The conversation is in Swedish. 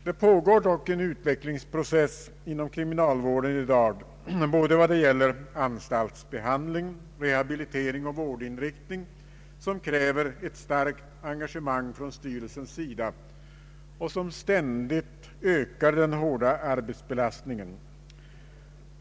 Det pågår dock en utvecklingsprocess inom kriminalvården i dag vad gäller anstaltsbehandling, rehabilitering och vårdinriktning som kräver ett so starkt engagemang från styrelsens sida soch som ständigt ökar den hårda ar betsbelastningen.